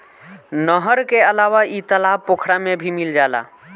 नहर के अलावा इ तालाब पोखरा में भी मिल जाला